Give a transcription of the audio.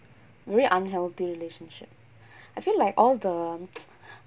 very unhealthy relationship I feel like all the